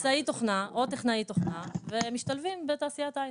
מקבלים הנדסאי תוכנה או טכנאי תוכנה ומשתלבים בתעשיית ההייטק.